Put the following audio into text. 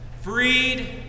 freed